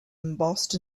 embossed